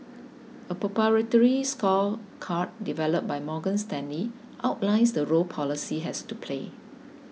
a proprietary score card developed by Morgan Stanley outlines the role policy has to play